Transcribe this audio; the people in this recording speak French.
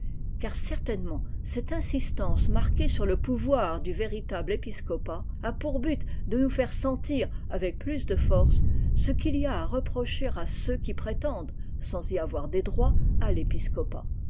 car certainement cette insistance marquée sur le pouvoir du véritable épiscopat a pour but de nous faire sentir avec plus de force ce qu'il y a à reprocher à ceux qui prétendent sans y avoir des droits à l'episcopat